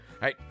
Hey